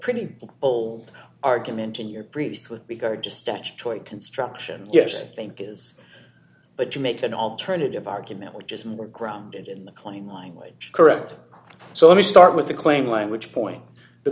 pretty old argument in your previous with regard to statutory construction yes i think it is but you make an alternative argument which is more grounded in the claim language correct so let me start with the claim language point the